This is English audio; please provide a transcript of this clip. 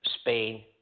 Spain